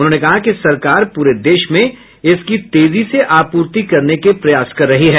उन्होंने कहा कि सरकार पूरे देश में इसकी तेजी से आपूर्ति करने के प्रयास कर रही है